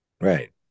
right